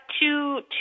two